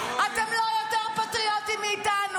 האמת כואבת.